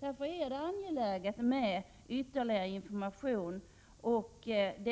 Därför är det angeläget med ytterligare information, bl.a. med